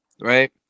right